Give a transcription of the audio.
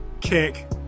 Kick